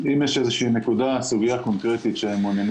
אם יש איזו סוגייה קונקרטית שמעוניינים